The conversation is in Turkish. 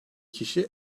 kişi